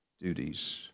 duties